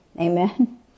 Amen